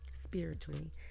spiritually